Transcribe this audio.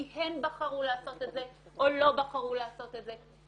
כי הן בחרו לעשות את זה או לא בחרו לעשות את זה.